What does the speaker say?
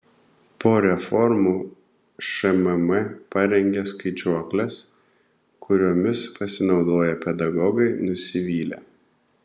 po reformų šmm parengė skaičiuokles kuriomis pasinaudoję pedagogai nusivylė